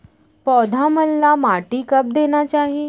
पौधा मन ला माटी कब देना चाही?